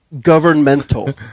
governmental